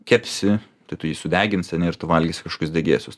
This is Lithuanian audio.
kepsi tai tu jį sudeginti ar ne ir tu valgysi kažkokius degėsius